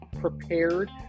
prepared